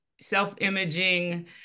self-imaging